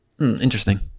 Interesting